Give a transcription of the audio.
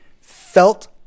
felt